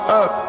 up